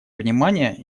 внимание